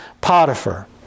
Potiphar